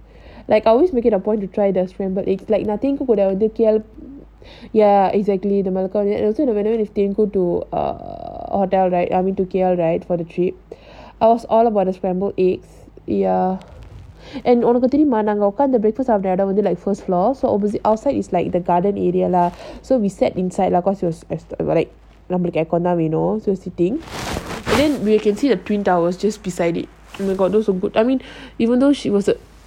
like I always make it a point to try their scrambled eggs like nothing cause when I go K_L ya exactly the malacca so the to err hotel right I went to K_L right for the trip I was all about the scrambled eggs ya and உனக்குதெரியுமாநாங்க:unaku theriuma nanga other breakfast is like coleslaw so opposite outside is like the garden area lah so we sat inside lah so we sitting and then we could see the twin tower just beside it oh my god those were good I mean she was a